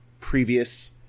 previous